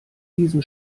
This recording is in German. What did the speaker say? diesem